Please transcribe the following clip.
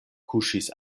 kuŝis